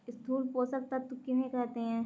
स्थूल पोषक तत्व किन्हें कहते हैं?